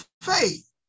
faith